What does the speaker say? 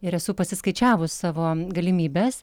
ir esu pasiskaičiavus savo galimybes